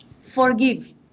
forgive